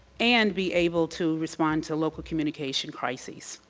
and be able to respond to local communication crises?